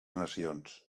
nacions